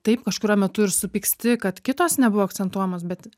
taip kažkuriuo metu ir supyksti kad kitos nebuvo akcentuojamos bet